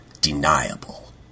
deniable